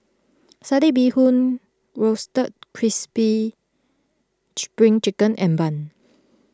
Satay Bee Hoon Roasted Crispy Spring Chicken and Bun